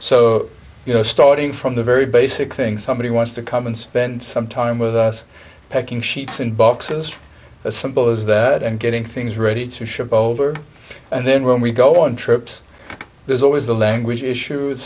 so you know starting from the very basic things somebody wants to come and spend some time with us packing sheets in boxes as simple as that and getting things ready to ship over and then when we go on trips there's always the language issue